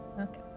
Okay